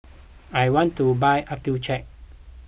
I want to buy Accucheck